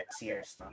years